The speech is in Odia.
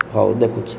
ହଉ ଦେଖୁଛି